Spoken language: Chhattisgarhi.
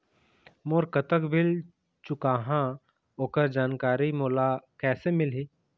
मोर कतक बिल चुकाहां ओकर जानकारी मोला कैसे मिलही?